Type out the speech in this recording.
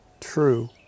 True